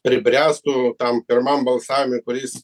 pribręstų tam pirmam balsavimui kuris